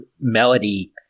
melody